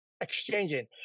exchanging